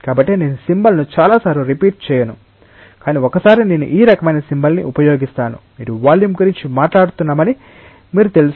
కాబట్టి నేను సింబల్ ను చాలాసార్లు రిపీట్ చేయను కానీ ఒకసారి నేను ఈ రకమైన సింబల్ ని ఉపయోగిస్తాను మీరు వాల్యూమ్ గురించి మాట్లాడుతున్నామని మీరు తెలుసుకుంటారు వెలాసిటి కాదు